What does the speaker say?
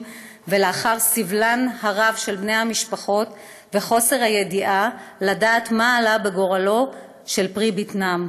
ולאחר סבלם הרב של בני המשפחות וחוסר הידיעה מה עלה בגורלו של יקירם.